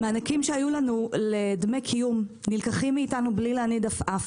מענקים שהיו לנו לדמי קיום נלקחים מאיתנו בלי להניד עפעף.